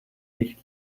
nicht